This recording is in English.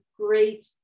great